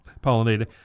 pollinated